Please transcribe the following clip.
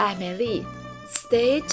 Emily,stay